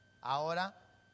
ahora